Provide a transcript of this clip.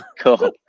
Cool